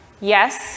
yes